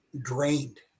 drained